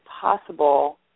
possible